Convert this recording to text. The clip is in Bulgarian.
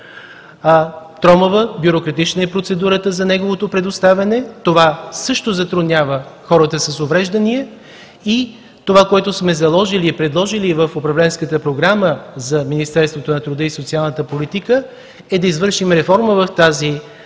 Тромава, бюрократична е процедурата за неговото предоставяне. Това също затруднява хората с увреждания. Това, което сме заложили и предложили в управленската програма на Министерството на труда и социалната политика, е да извършим реформа в тази